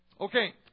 Okay